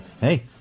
hey